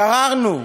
סררנו,